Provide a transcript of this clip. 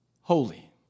holy